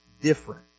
different